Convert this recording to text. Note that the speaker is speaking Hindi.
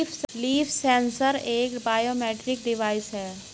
लीफ सेंसर एक फाइटोमेट्रिक डिवाइस है